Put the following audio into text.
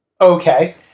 Okay